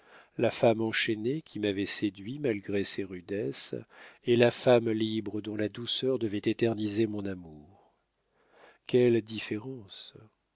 la femme enchaînée qui m'avait séduit malgré ses rudesses et la femme libre dont la douceur devait éterniser mon amour quelle différence